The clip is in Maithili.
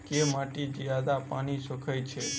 केँ माटि जियादा पानि सोखय छै?